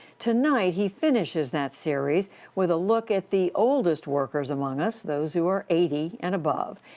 tonight, he finishes that series with a look at the oldest workers among us, those who are eighty and above.